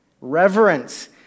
Reverence